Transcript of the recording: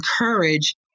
encourage